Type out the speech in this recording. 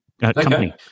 company